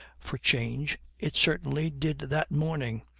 for change it certainly did that morning,